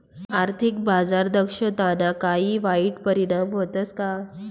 आर्थिक बाजार दक्षताना काही वाईट परिणाम व्हतस का